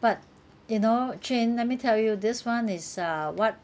but you know Ching let me tell you this one is uh what